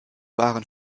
waren